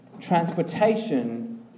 transportation